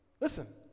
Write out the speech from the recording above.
listen